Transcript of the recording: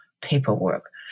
paperwork